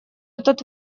этот